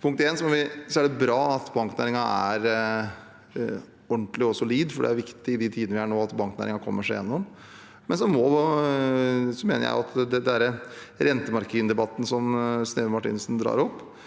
For det første er det bra at banknæringen er ordentlig og solid, for det er viktig i de tidene vi har nå, at banknæringen kommer seg igjennom. Og så mener jeg at i den rentemargindebatten som Sneve Martinussen drar opp,